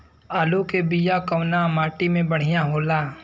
आलू के बिया कवना माटी मे बढ़ियां होला?